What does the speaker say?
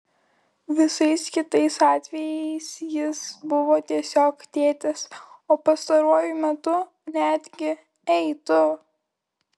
visais kitais atvejais jis buvo tiesiog tėtis o pastaruoju metu netgi ei tu